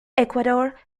ecuador